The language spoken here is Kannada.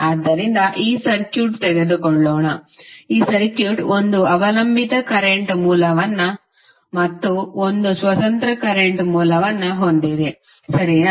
ಆದ್ದರಿಂದ ಈ ಸರ್ಕ್ಯೂಟ್ ತೆಗೆದುಕೊಳ್ಳೋಣ ಈ ಸರ್ಕ್ಯೂಟ್ ಒಂದು ಅವಲಂಬಿತ ಕರೆಂಟ್ ಮೂಲವನ್ನು ಮತ್ತು ಒಂದು ಸ್ವತಂತ್ರ ಕರೆಂಟ್ ಮೂಲವನ್ನು ಹೊಂದಿದೆ ಸರಿನಾ